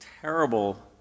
terrible